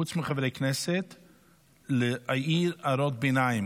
חוץ מלחברי כנסת, להעיר הערות ביניים.